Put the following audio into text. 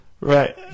Right